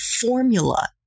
formula